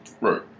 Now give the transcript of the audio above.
Right